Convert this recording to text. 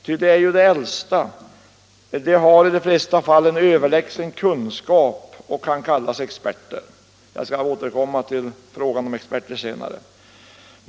Ty de är de äldsta, de har i de flesta fall en överlägsen kunskap och kan kallas experter. Jag skall återkomma till frågan om experter senare.